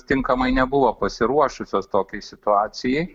tinkamai nebuvo pasiruošusios tokiai situacijai